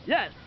Yes